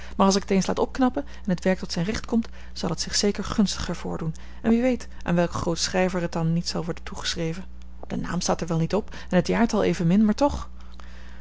maar als ik het eens laat opknappen en het werk tot zijn recht komt zal het zich zeker gunstiger voordoen en wie weet aan welk groot schilder het dan niet zal worden toegeschreven de naam staat er wel niet op en het jaartal evenmin maar toch